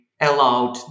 allowed